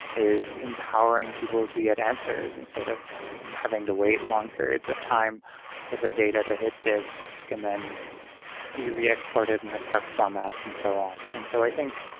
is empowering people to get answers instead of having to wait long periods of time for the data to hit disk and then be re exported in the correct formats and so on. and so i think,